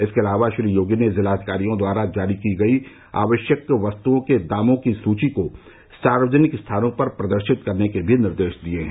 इसके अलावा श्री योगी ने जिलाधिकारियों द्वारा जारी की गयी आवश्ययक वस्तुओं के दामों की सुची को सार्वजनिक स्थानों पर प्रदर्शित करने के भी निर्देश दिये हैं